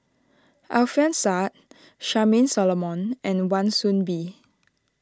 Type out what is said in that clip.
Alfian Sa'At Charmaine Solomon and Wan Soon Bee